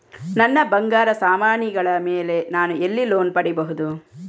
ನನ್ನ ಬಂಗಾರ ಸಾಮಾನಿಗಳ ಮೇಲೆ ನಾನು ಎಲ್ಲಿ ಲೋನ್ ಪಡಿಬಹುದು?